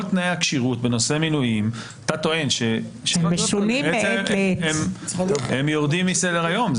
כל תנאי הכשירות בנושא מינויים הם יורדים מסדר היום.